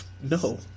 No